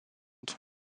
tout